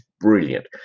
brilliant